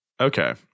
Okay